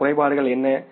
அந்த குறைபாடுகள் என்ன